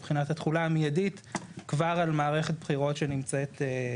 מבחינת התחולה המיידית כבר על מערכת בחירות שנמצאת בעיצומה.